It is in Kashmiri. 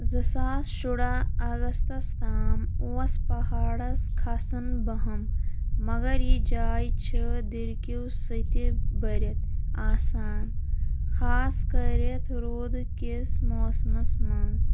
زٕ ساس شُرہ اگستس تام اوس پہاڑس كھسَن بہم مَگَر یہِ جاے چِھ دٕرِکٕو سٔتہِ بٔرِتھ آسان خاص کٔرِتھ روٗدٕ کِس موسمَس مَنٛز